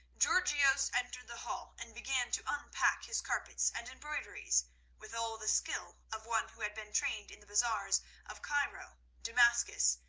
georgios entered the hall and began to unpack his carpets and embroideries with all the skill of one who had been trained in the bazaars of cairo, damascus,